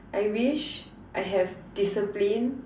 I wish I have discipline